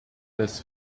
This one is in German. des